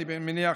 ואני מניח